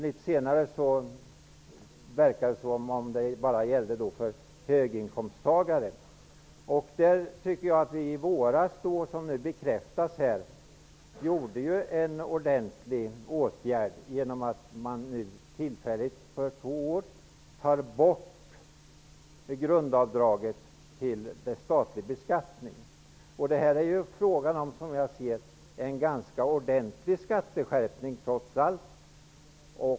Litet senare verkade det som om detta bara skulle gälla höginkomsttagare. I våras fattade riksdagen beslut om en ordentlig åtgärd, nämligen att grundavdraget när det gäller den statliga skatten tillfälligt skall slopas under två år. Det är trots allt fråga om en ganska ordentlig skatteskärpning.